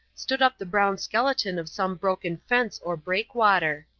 stood up the brown skeleton of some broken fence or breakwater.